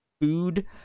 food